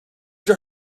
your